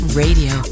radio